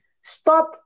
stop